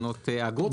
תקנות אגרות.